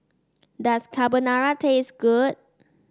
does Carbonara taste good